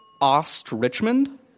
Ost-Richmond